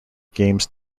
games